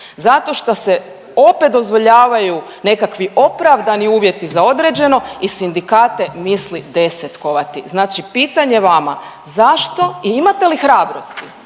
zato šta se opet dozvoljavaju nekakvi opravdani uvjeti za određeno i sindikate misli desetkovati. Znači pitanje vama, zašto i imate li hrabrosti